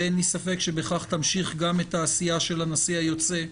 ואין לי ספק שבכך תמשיך גם את העשייה של הנשיא היוצא,